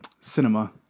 cinema